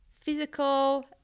physical